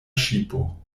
ŝipo